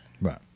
Right